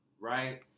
right